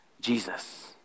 Jesus